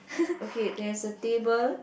okay there's a table